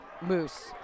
Moose